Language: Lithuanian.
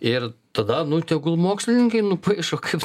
ir tada nu ir tegul mokslininkai nupaišo kaip